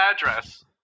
address